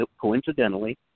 coincidentally